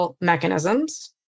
mechanisms